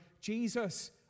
Jesus